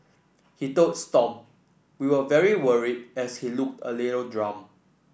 he told Stomp we were very worried as he looked a little drunk